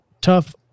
tough